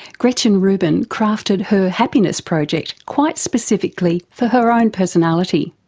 gretchen rubin crafted her happiness project quite specifically for her own personality,